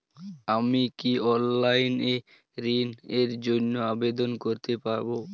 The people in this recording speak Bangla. আমি কি অনলাইন এ ঋণ র জন্য আবেদন করতে পারি?